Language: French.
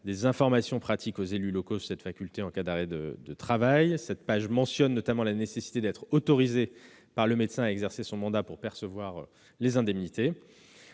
des informations pratiques aux élus locaux sur cette faculté en cas d'arrêt de travail. Cette page mentionne notamment la nécessité d'être autorisé par le médecin à exercer son mandat pour percevoir des indemnités